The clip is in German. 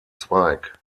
zweig